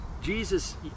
Jesus